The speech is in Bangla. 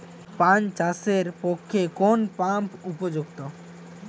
পান চাষের পক্ষে কোন পাম্প উপযুক্ত?